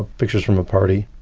ah pictures from a party,